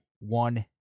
one